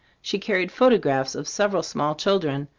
she carried photographs of several small children,